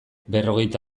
berrogeita